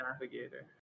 navigator